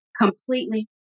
completely